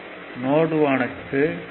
note 1 க்கு K